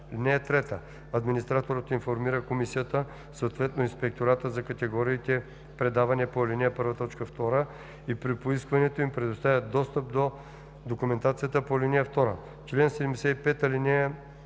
данни. (3) Администраторът информира комисията, съответно инспектората за категориите предаване по ал. 1, т. 2 и при поискване им предоставя достъп до документацията по ал. 2. Чл. 75. (1)